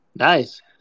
Nice